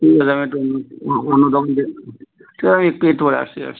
ঠিক আছে আমি একটু অন্য অন্য দোকান দে ঠিক আছে আমি একটু পরে আসছি আসছি